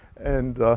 and